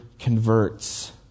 converts